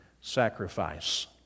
sacrifice